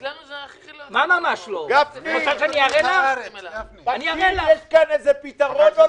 זאת הערה נכונה ואנחנו לא יכולים לאפשר קיפוח.